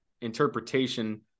interpretation